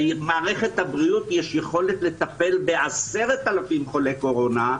למערכת הבריאות יש יכולת לטפל ב-10,000 חולי קורונה,